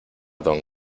don